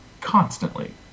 constantly